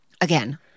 Again